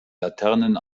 laternen